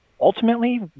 ultimately